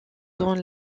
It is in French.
dans